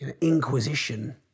inquisition